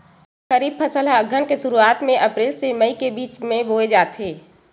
खरीफ फसल ला अघ्घन के शुरुआत में, अप्रेल से मई के बिच में बोए जाथे